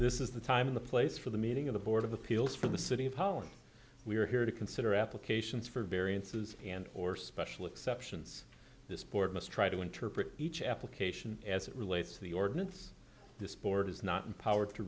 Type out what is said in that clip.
this is the time of the place for the meeting of the board of appeals for the city of holland we are here to consider applications for variances and or special exceptions this board must try to interpret each application as it relates to the ordinance this board is not empowered to